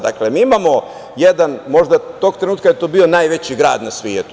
Dakle, mi imamo jedan, možda je tog trenutka to bio najveći grad na svetu.